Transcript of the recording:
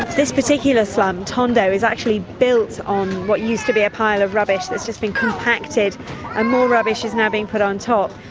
this particular slum tondo is actually built on what used to be a pile of rubbish that's just been compacted and more rubbish is now being put on top.